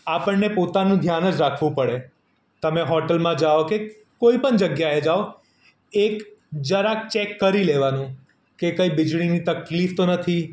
આપણને પોતાનું ધ્યાન જ રાખવું પડે તમે હોટેલમાં જાઓ કે કોઈ પણ જગ્યાએ જાવ એક જરાક ચેક કરી લેવાનું કે કંઈ વીજળીની તકલીફ તો નથી